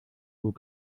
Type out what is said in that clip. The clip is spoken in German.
gut